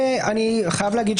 אני חייב להגיד,